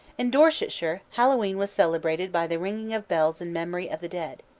in dorsetshire hallowe'en was celebrated by the ringing of bells in memory of the dead.